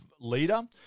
leader